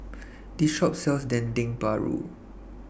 This Shop sells Dendeng Paru